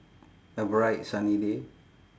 a bright sunny day